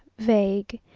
vague,